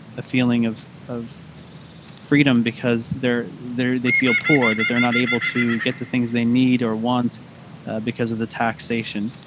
a feeling of of freedom because they're there, they feel poor that they're not able to get the things they need or want because of the taxation.